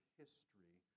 history